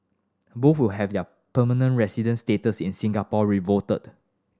both will have their permanent residency status in Singapore revoked